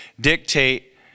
dictate